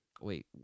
Wait